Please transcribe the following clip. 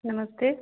नमस्ते